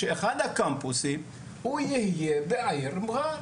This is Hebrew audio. שאחד הקמפוסים יהיה בעיר מע'אר.